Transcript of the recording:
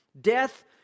death